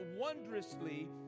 wondrously